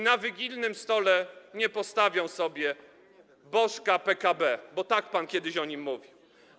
Na wigilijnym stole nie postawią sobie bożka PKB - bo tak pan kiedyś o nim mówił.